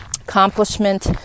accomplishment